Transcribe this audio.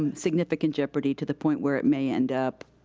um significant jeopardy to the point where it may end up